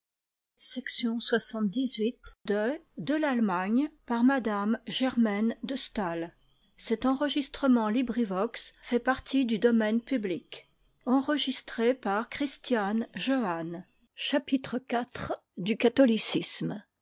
de m de